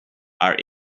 are